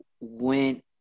went